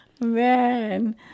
man